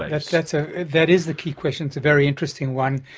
that's that's ah that is the key question, it's a very interesting one.